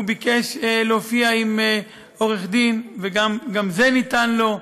הוא ביקש להופיע עם עורך-דין, וגם זה ניתן לו.